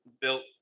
built